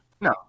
No